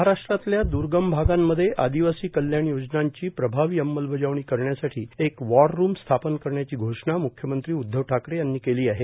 महाराष्ट्रातल्या दुर्गम भागांमधे आदिवासी कल्याण योजनांची प्रभावी अंमलबजावणी करण्यासाठी एक वॉर रुम स्थापन करण्याची घोषणा म्ख्यमंत्री उद्धव ठाकरे यांनी केली आहेत